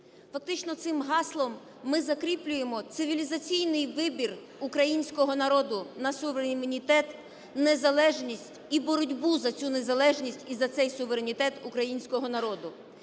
Фактично цим гаслом ми закріплюємо цивілізаційний вибір українського народу на суверенітет, незалежність і боротьбу за цю незалежність і за цей суверенітет українського народу.